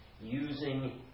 using